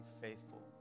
faithful